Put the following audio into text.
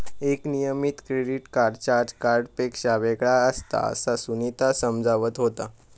एक नियमित credit card charge कार्डपेक्षा वेगळा असता, असा सुनीता समजावत होता